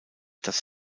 das